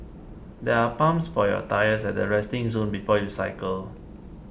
there are pumps for your tyres at the resting zone before you cycle